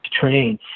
train